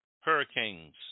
Hurricanes